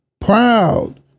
proud